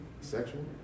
sexual